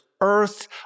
earth